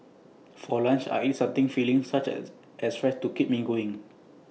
for lunch I eat something filling such as as rice to keep me going